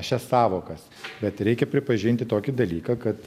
šias sąvokas bet reikia pripažinti tokį dalyką kad